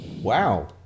wow